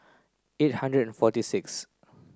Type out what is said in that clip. eight hundred forty six